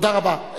תודה רבה.